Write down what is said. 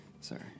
Sorry